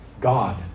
God